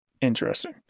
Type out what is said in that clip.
Interesting